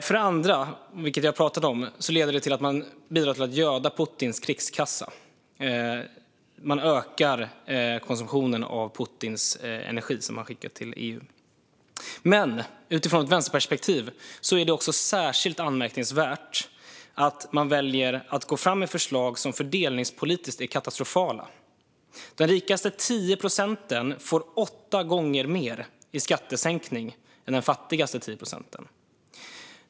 För det andra leder den, som jag pratade om, till att man bidrar till att göda Putins krigskassa. Man ökar konsumtionen av den energi som Putin skickar till EU. För det tredje är det utifrån ett vänsterperspektiv också särskilt anmärkningsvärt att man väljer att gå fram med förslag som är fördelningspolitiskt katastrofala. De 10 procent som är rikast får åtta gånger mer i skattesänkning än de 10 procent som är fattigast.